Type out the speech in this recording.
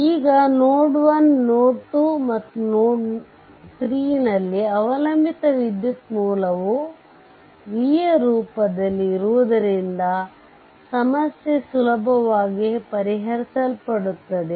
ಈಗ node 1 node 2 ಮತ್ತು node 3 ನಲ್ಲಿ ಅವಲಂಬಿತ ವಿದ್ಯುತ್ ಮೂಲವು v ಯ ರೂಪದಲ್ಲಿ ಇರುವುದರಿಂದ ಸಮಸ್ಯೆ ಸುಲಭವಾಗಿ ಪರಿಹರಿಸಲ್ಪಡುತ್ತದೆ